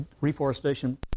reforestation